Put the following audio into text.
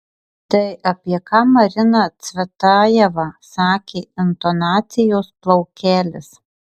tai apie ką marina cvetajeva sakė intonacijos plaukelis